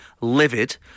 livid